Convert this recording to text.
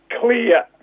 clear